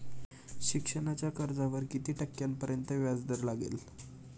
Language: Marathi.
शिक्षणाच्या कर्जावर किती टक्क्यांपर्यंत व्याजदर लागेल?